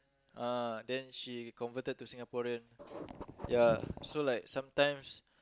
ah then she converted to Singaporean ya so like sometimes